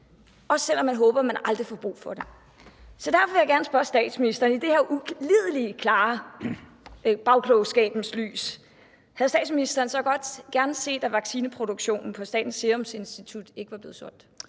også selv om man håber, at man aldrig får brug for det. Så derfor vil jeg gerne spørge statsministeren i det her ulideligt klare bagklogskabens lys: Havde statsministeren gerne set, at vaccineproduktionen på Statens Serum Institut ikke var blevet solgt?